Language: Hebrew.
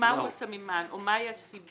מהו הסממן או מהי הסיבה